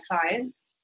clients